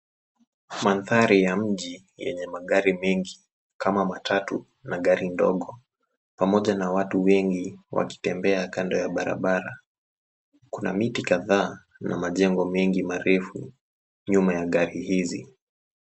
Mandhari ya mji yenye magari mengi kama matatu na gari ndogo pamoja na watu wengi wakitembea kando ya barabara. Kuna miti kadhaa na majengo mengi marefu nyuma ya gari hizi.